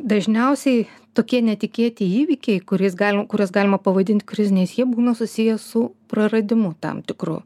dažniausiai tokie netikėti įvykiai kuriais galim kuriuos galima pavadint kriziniais jie būna susiję su praradimu tam tikru